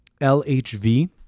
LHV